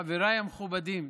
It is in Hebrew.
חבריי המכובדים,